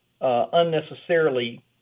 unnecessarily